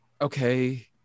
okay